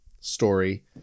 story